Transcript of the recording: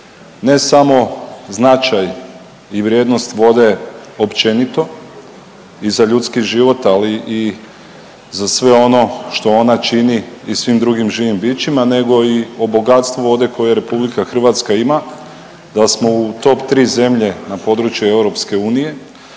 ne samo značaj i vrijednost vode općenito i za ljudski život, ali i za sve ono što ona čini i svim drugim živim bićima, nego i o bogatstvu vode koje RH ima, da smo u top tri zemlje na području EU, da je